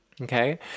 okay